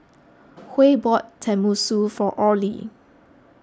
Huey bought Tenmusu for Orley